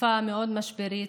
תקופה מאוד משברית,